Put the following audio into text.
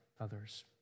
others